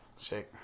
Shake